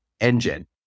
engine